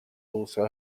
also